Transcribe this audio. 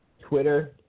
Twitter